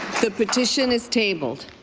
the petition is tabled.